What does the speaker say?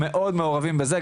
מאוד מעורבים בזה,